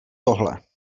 tohle